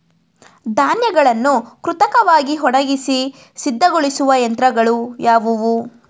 ಧಾನ್ಯಗಳನ್ನು ಕೃತಕವಾಗಿ ಒಣಗಿಸಿ ಸಿದ್ದಗೊಳಿಸುವ ಯಂತ್ರಗಳು ಯಾವುವು?